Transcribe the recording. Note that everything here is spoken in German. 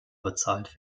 bezahlt